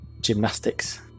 gymnastics